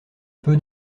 peu